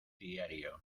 diario